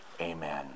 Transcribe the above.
Amen